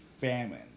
famine